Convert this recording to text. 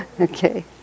Okay